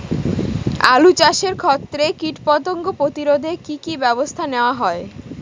আলু চাষের ক্ষত্রে কীটপতঙ্গ প্রতিরোধে কি কী ব্যবস্থা নেওয়া হয়?